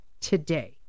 today